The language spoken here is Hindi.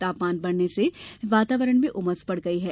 तापमान बढ़ने से वाातावरण में उमस बढ़ गई है